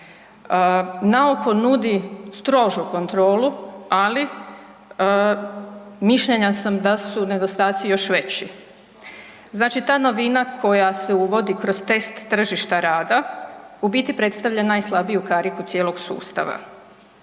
na oko nudi strožu kontrolu, ali mišljenja sam da su nedostaci još veći. Znači ta novina koja se uvodi kroz test tržišta rada u biti predstavlja najslabiju kariku cijelog sustava.